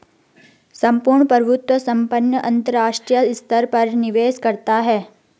सम्पूर्ण प्रभुत्व संपन्न अंतरराष्ट्रीय स्तर पर निवेश करता है